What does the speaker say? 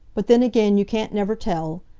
but then again, you can't never tell.